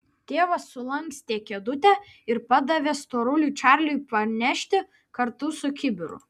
tėvas sulankstė kėdutę ir padavė storuliui čarliui panešti kartu su kibiru